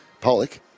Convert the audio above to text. Pollock